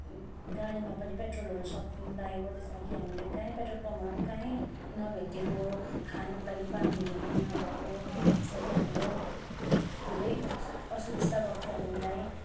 गाडीमा पनि पेट्रोलहरू सकिन लागेको त्यसमा कि हामीले कहीँ पेट्रोल पम्पहरू कहीँ नभेटिएको खानुको लागि पानीहरू पनि नभएको जसमा कि हाम्रो धेरै असुबिस्ता भएको थियो हामीलाई